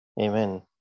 Amen